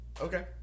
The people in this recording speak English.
okay